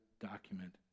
document